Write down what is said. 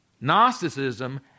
Gnosticism